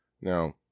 Now